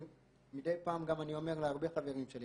מדיי פעם אני גם אומר להרבה חברים שלי